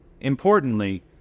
importantly